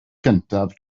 gyntaf